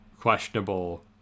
questionable